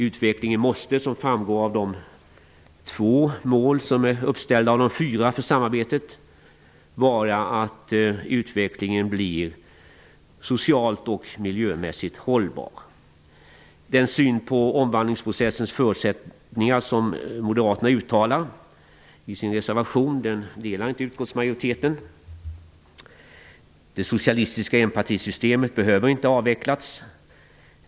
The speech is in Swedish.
Utvecklingen måste, som framgår av två av de fyra mål som är uppställda för samarbetet, vara att utvecklingen blir socialt och miljömässigt hållbar. Utskottsmajoriteten delar inte den syn på omvandlingsprocessens förutsättningar som moderaterna uttalar i sin reservation. Det socialistiska enpartisystemet behöver inte avvecklas.